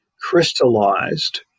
crystallized